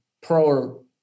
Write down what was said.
pro